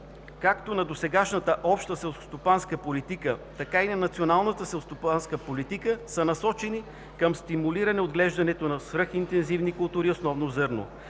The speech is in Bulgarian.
както на досегашната обща селскостопанска политика, така и на националната селскостопанска политика са насочени към стимулиране отглеждането на свръхинтензивни култури и основно на зърно.